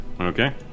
okay